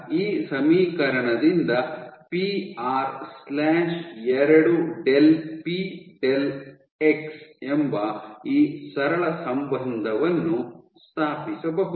ಆದ್ದರಿಂದ ಈ ಸಮೀಕರಣದಿಂದ P R 2 del P del X p r 2 del p del x ಎಂಬ ಈ ಸರಳ ಸಂಬಂಧವನ್ನು ಸ್ಥಾಪಿಸಬಹುದು